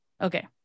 Okay